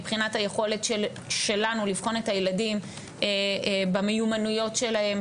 מבחינת היכולת שלנו לבחון את הילדים במיומנויות שלהם,